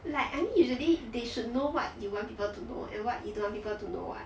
like I mean usually they should know what you want people to know and what you don't want people to know [what]